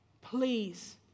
please